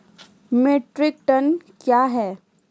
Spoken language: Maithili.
मीट्रिक टन कया हैं?